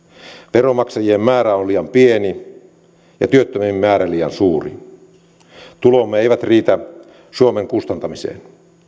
veronmaksajien määrä on liian pieni ja työttömien määrä liian suuri tulomme eivät riitä suomen kustantamiseen